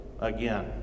again